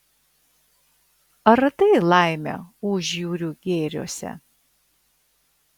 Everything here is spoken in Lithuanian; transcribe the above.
ar radai laimę užjūrių gėriuose